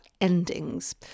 endings